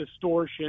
distortion